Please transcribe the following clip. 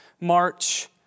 March